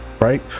right